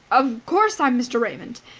of course i'm mr. raymond!